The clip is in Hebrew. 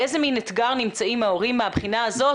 באיזה מן אתגר נמצאים ההורים מהבחינה הזאת?